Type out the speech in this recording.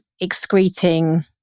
excreting